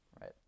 right